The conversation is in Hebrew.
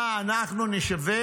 מה, אנחנו נישבר?